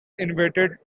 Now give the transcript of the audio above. invaded